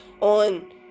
on